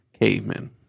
Cavemen